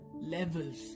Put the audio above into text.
levels